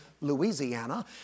Louisiana